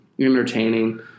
entertaining